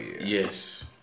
Yes